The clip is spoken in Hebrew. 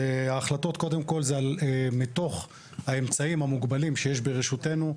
ההחלטות קודם כול הן מתוך האמצעים המוגבלים שיש ברשותנו.